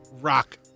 rock